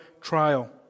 trial